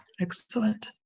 Excellent